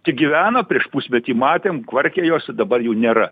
tik gyveno prieš pusmetį matėm kvarkė jos dabar jų nėra